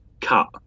cut